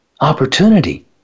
opportunity